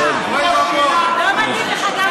לא מתאים לך, יריב, לא מתאים לך.